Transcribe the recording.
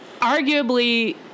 arguably